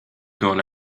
gone